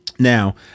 Now